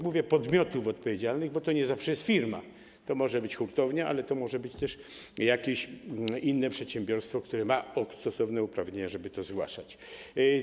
Mówię: podmiotów odpowiedzialnych, bo to nie zawsze jest firma, to może być hurtownia, to może być też jakieś inne przedsiębiorstwo, które ma stosowne uprawnienia, żeby to zgłaszać.